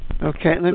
Okay